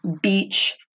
beach